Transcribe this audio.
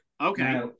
Okay